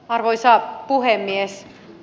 arvoisa puhemies